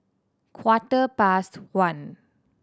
quarter past one